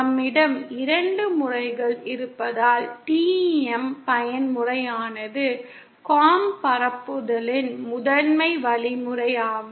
நம்மிடம் இரண்டு முறைகள் இருப்பதால் TEM பயன்முறையானது பரப்புதலின் முதன்மை வழிமுறையாகும்